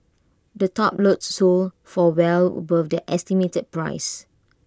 the top lots sold for well above their estimated price